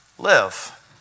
live